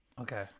Okay